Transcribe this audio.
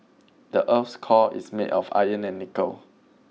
the earth's core is made of iron and nickel